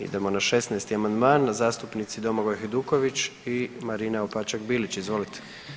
Idemo na 16. amandman, zastupnici Domagoj Hajduković i Marina Opačak Bilić, izvolite.